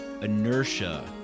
inertia